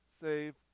save